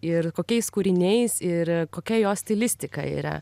ir kokiais kūriniais ir kokia jo stilistika yra